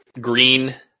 green